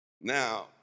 Now